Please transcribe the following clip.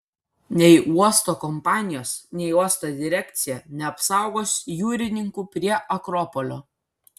nei uosto kompanijos nei uosto direkcija neapsaugos jūrininkų prie akropolio